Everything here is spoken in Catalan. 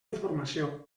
informació